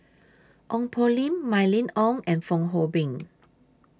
Ong Poh Lim Mylene Ong and Fong Hoe Beng